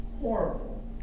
horrible